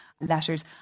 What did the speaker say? letters